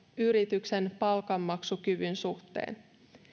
yrityksen palkanmaksukyvyn suhteen